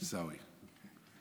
עיסאווי.